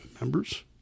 members